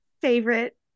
favorite